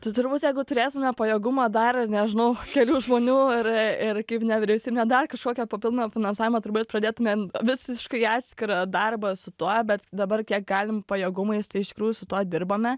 tai turbūt jeigu turėtume pajėgumą dar nežinau kelių žmonių ir ir kaip nevyriausybinė dar kažkokio papildomo finansavimo turbūt pradėtumėm visiškai atskirą darbą su tuo bet dabar kiek galim pajėgumais tai iš tikrųjų su tuo dirbame